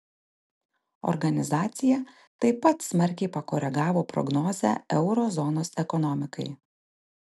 organizacija taip pat smarkiai pakoregavo prognozę euro zonos ekonomikai